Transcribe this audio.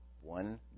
One